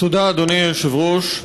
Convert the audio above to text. אדוני היושב-ראש,